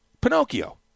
Pinocchio